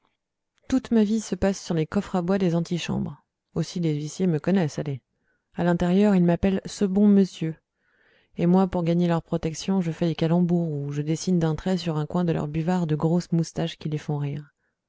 toute ma vie se passe sur les coffres à bois des antichambres aussi les huissiers me connaissent allez à l'intérieur ils m'appellent ce bon monsieur et moi pour gagner leur protection je fais des calembours ou je dessine d'un trait sur un coin de leur buvards de grosses moustaches qui les font rire